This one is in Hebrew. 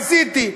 עשיתי.